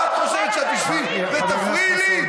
מה את חושבת, שאת תשבי ותפריעי לי?